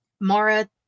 Mara